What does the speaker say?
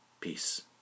Peace